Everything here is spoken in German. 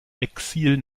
exil